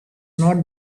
not